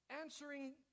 answering